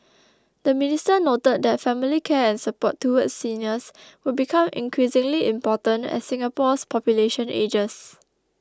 the minister noted that family care and support towards seniors will become increasingly important as Singapore's population ages